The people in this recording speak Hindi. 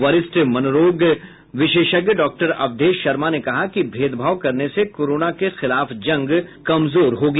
वरिष्ठ मनोरोग विशेषज्ञ डाक्टर अवधेश शर्मा ने कहा कि भेदभाव करने से कोरोना के खिलाफ जंग कमजोर होगी